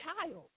child